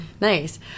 Nice